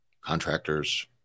contractors